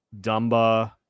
Dumba